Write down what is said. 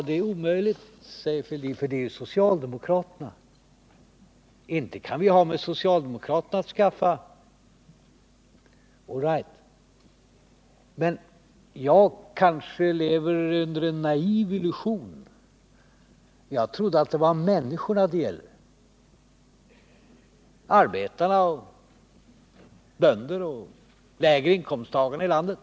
Det är omöjligt, säger Thorbjörn Fälldin, att stödja socialdemokratiska förslag — inte kan vi ha med socialdemokraterna att skaffa. All right, jag kanske lever i en naiv illusion. Jag trodde att det var människorna det gällde, arbetarna, bönderna och de lägre inkomsttagarna i landet.